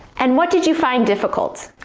and what did you find difficult?